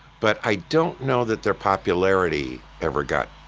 but, i don't know that their popularity ever got